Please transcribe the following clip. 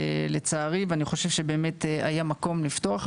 אני חושב שהיה מקום לפתוח,